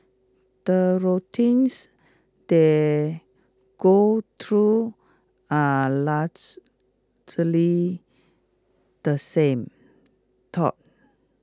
the routines they go through are largely the same